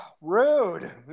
Rude